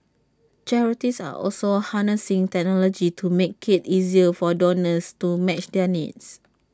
charities are also harnessing technology to make IT easier for donors to match their needs